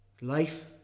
Life